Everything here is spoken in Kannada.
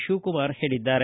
ಶಿವಕುಮಾರ ಹೇಳಿದ್ದಾರೆ